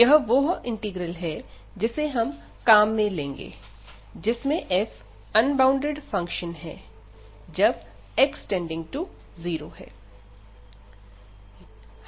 यह वो इंटीग्रल है जिसे हम काम में लेंगे जिसमें f अनबॉउंडेड फंक्शन है जब x→0 है